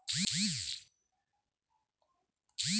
शेतकरी वापरत असलेले मुख्य साधन कोणते?